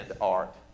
art